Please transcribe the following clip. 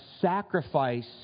sacrifice